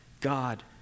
God